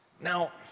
Now